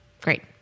great